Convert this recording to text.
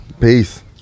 peace